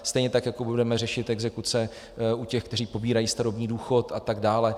Stejně tak jako budeme řešit exekuce u těch, kteří pobírají starobní důchod a tak dále.